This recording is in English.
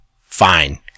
fine